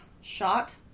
shot